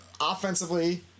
Offensively